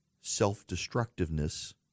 self-destructiveness